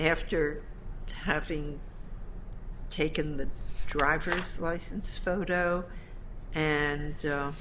after having taken the driver's license photo and